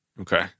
Okay